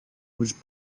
was